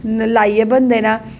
लाइयै बनदे न